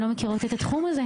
הן לא מכירות את התחום הזה,